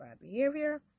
behavior